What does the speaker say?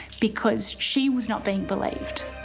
because she was not being believed.